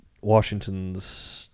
Washington's